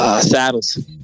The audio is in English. Saddles